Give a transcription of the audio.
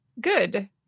Good